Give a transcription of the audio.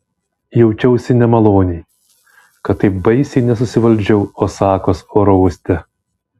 jaučiausi nemaloniai kad taip baisiai nesusivaldžiau osakos oro uoste